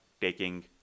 taking